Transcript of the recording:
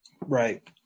Right